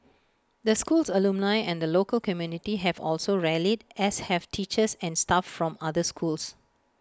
the school's alumni and the local community have also rallied as have teachers and staff from other schools